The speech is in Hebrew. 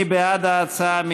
מי בעד ההצעה?